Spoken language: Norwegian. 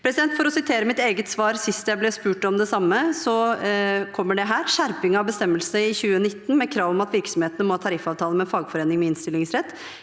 For å sitere mitt eget svar sist jeg ble spurt om det samme: Skjerping av bestemmelse i 2019 med krav om at virksomheter må ha tariffavtale med fagforening med innstillingsrett,